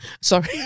Sorry